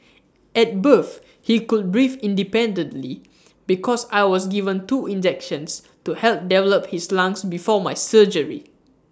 at birth he could breathe independently because I was given two injections to help develop his lungs before my surgery